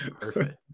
Perfect